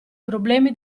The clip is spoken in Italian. problemi